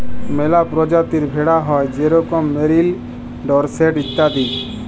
ম্যালা পরজাতির ভেড়া হ্যয় যেরকম মেরিল, ডরসেট ইত্যাদি